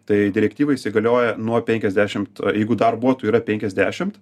tai direktyva įsigalioja nuo penkiasdešimt jeigu darbuotojų yra penkiasdešimt